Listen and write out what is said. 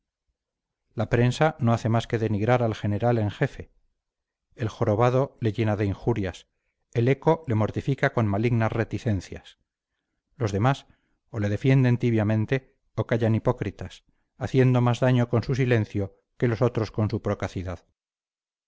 la prensa no hace más que denigrar al general en jefe el jorobado le llena de injurias el eco le mortifica con malignas reticencias los demás o le defienden tibiamente o callan hipócritas haciendo más daño con su silencio que los otros con su procacidad